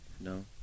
No